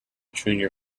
junior